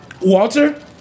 Walter